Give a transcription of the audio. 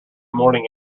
morning